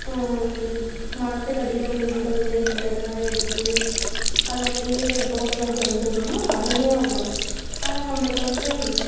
மரத்துக்கடியில் விழுந்திருக்க அந்த இலை தழைகள்லாம் எடுத்து அதை அப்படியே அந்த தோட்டத்தில் தெளிச்சிவிட்டோம்னா அருமையாக வளரும் ஆனால் நம்மளுக்கு வந்துட்டு